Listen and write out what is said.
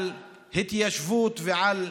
על התיישבות ועל בנייה,